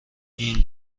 این